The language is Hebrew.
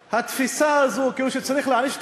התפיסה הזאת כאילו צריך להעניש את